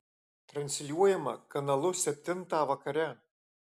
transliuojama kanalu septintą vakare